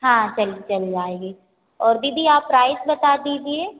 हाँ चलिए चलिए आइए और दीदी आप प्राइस बता दीजिए